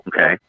Okay